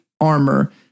armor